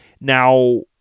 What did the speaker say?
Now